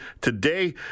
today